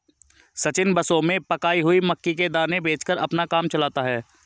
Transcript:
सचिन बसों में पकाई हुई मक्की के दाने बेचकर अपना काम चलाता है